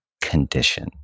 condition